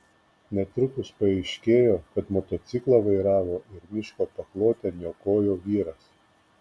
netrukus paaiškėjo kad motociklą vairavo ir miško paklotę niokojo vyras